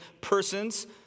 persons